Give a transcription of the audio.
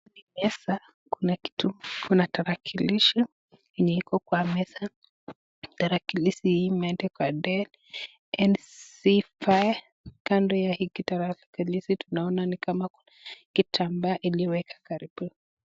Kwa hii meza kuna talakilishi yenye iko kwa meza, talakilishi hii imeandikwa dell , kando ya hii talakilishi tunaona ni kama kitambaa iliyowekwa karibu.